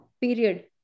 Period